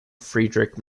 friedrich